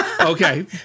Okay